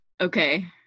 Okay